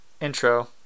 intro